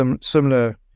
similar